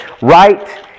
right